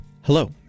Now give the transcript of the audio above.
Hello